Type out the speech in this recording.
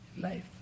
life